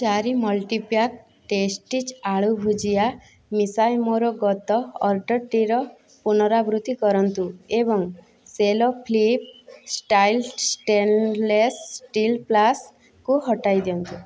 ଚାରି multipack Tasties aloo bhujia ମିଶାଇ ମୋର ଗତ ଅର୍ଡ଼ର୍ଟିର ପୁନରାବୃତ୍ତି କରନ୍ତୁ ଏବଂ Cello flip style stainless steel ଫ୍ଲାସ୍କ୍କୁ ହଟାଇ ଦିଅନ୍ତୁ